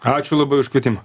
ačiū labai už kvietimą